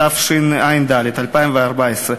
התשע"ד 2014,